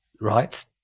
Right